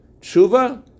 tshuva